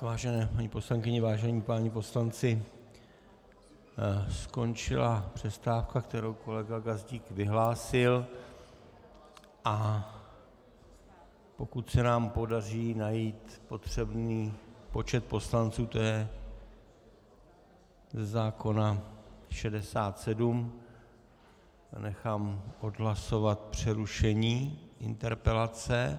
Vážené paní poslankyně, vážení páni poslanci, skončila přestávka, kterou kolega Gazdík vyhlásil, a pokud se nám podaří najít potřebný počet poslanců, to je ze zákona 67, nechám odhlasovat přerušení interpelace.